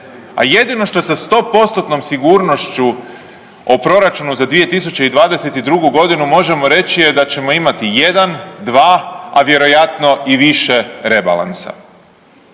a jedino što se 100%-tnom sigurnošću o Proračunu za 2022. g. možemo reći je da ćemo imati 1, 2, a vjerojatno i više rebalansa.